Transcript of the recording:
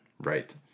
right